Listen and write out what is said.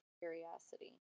curiosity